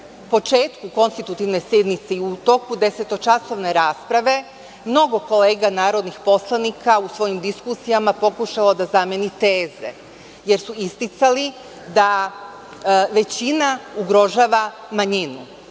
na početku konstitutivne sednice i u toku desetočasovne rasprave mnogo kolega narodnih poslanika u svojim diskusijama pokušalo da zameni teze, jer su isticali da većina ugrožava manjinu.